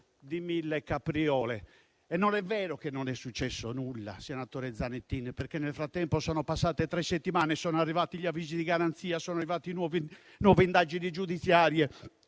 Senatore Zanettin, non è vero che non è successo nulla, perché nel frattempo sono passate tre settimane e sono arrivati gli avvisi di garanzia, sono arrivate nuove indagini giudiziarie